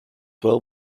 well